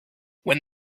when